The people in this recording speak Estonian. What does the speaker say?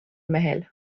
mehel